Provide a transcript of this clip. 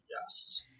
Yes